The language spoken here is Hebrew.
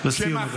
שמא,